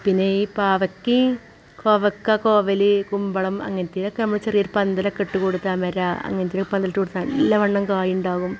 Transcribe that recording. പിന്നെ ഈ പാവയ്ക്കയും കോവയ്ക്ക കോവല് കുമ്പളം അങ്ങനത്തെയൊക്കെ നമ്മൾ ചെറിയ ഒരു പന്തലൊക്കെയിട്ട് കൊടുത്താൽ അമര അങ്ങനത്തേനു പന്തലിട്ടു നല്ലവണ്ണം കായുണ്ടാകും